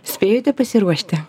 spėjote pasiruošti